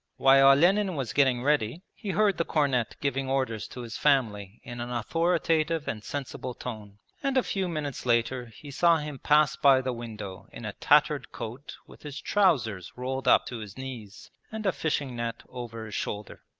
while olenin was getting ready, he heard the cornet giving orders to his family in an authoritative and sensible tone, and a few minutes later he saw him pass by the window in a tattered coat with his trousers rolled up to his knees and a fishing net over his shoulder.